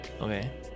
Okay